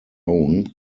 own